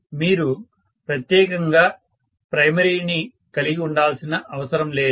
మీరు ప్రత్యేకంగా ప్రైమరీ ని కలిగి ఉండాల్సిన అవసరం లేదు